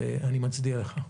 ואני מצדיע לך.